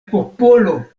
popolo